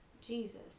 Jesus